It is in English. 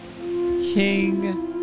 King